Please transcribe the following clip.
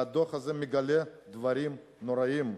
והדוח הזה מגלה דברים נוראים.